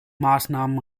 maßnahmen